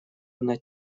одна